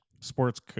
sports